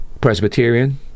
Presbyterian